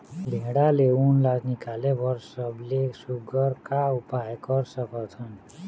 भेड़ा ले उन ला निकाले बर सबले सुघ्घर का उपाय कर सकथन?